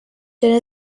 denn